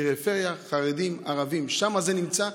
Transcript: בפריפריה, חרדים, ערבים, שם זה נמצא.